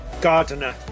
gardener